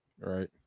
Right